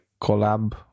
collab